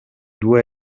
due